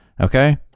Okay